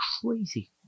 crazy